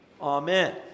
Amen